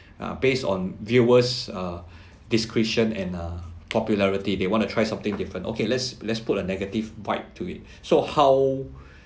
uh based on viewers uh discretion and uh popularity they want to try something different okay let's let's put a negative vibe to it so how